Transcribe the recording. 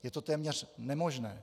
Je to téměř nemožné.